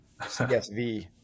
CSV